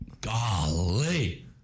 Golly